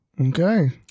Okay